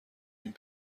این